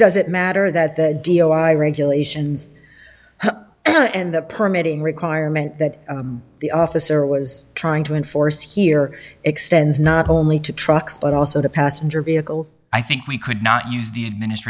doesn't matter that the dio i regulations and the permitting requirement that the officer was trying to enforce here extends not only to trucks but also the passenger vehicles i think we could not use